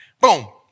boom